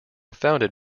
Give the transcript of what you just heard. founded